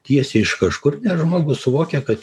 tiesiai iš kažkur nes žmogus suvokia kad